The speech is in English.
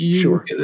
Sure